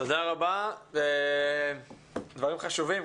תודה רבה, דברים חשובים.